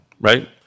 right